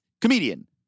comedian